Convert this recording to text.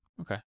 Okay